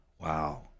Wow